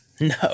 No